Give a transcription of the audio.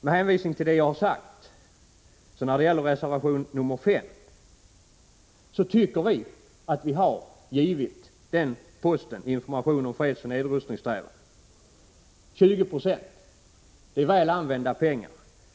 Beträffande reservation 5 tycker jag att det är väl använda pengar när vi har ökat posten för information om fredsoch nedrustningssträvanden med 20 20.